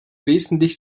wesentlich